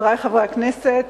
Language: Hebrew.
חברי חברי הכנסת,